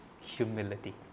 Humility